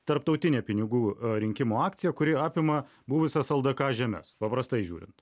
tarptautinė pinigų rinkimo akcija kuri apima buvusias ldk žemes paprastai žiūrint